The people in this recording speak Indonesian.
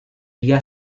dia